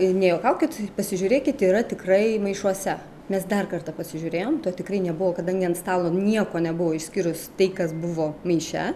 nejuokaukit pasižiūrėkit yra tikrai maišuose nes dar kartą pasižiūrėjome to tikrai nebuvo kadangi ant stalo nieko nebuvo išskyrus tai kas buvo maiše